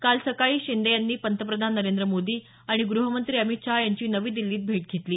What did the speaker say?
काल सकाळी शिंदे यांनी पंतप्रधान नरेंद्र मोदी आणि आणि ग्रहमंत्री अमित शहा यांची नवी दिल्लीत भेट घेतली